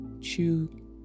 chew